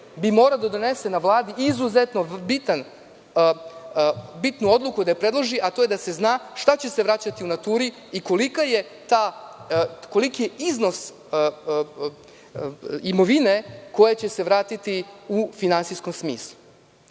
morao da donese na Vladi izuzetno bitnu odluku i da je predloži, a to je da se zna šta će se vraćati u naturi i koliki je iznos imovine koja će se vratiti u finansijskom smislu. Sve